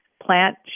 plant